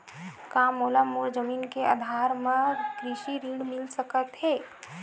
का मोला मोर जमीन के आधार म कृषि ऋण मिल सकत हे?